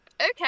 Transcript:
okay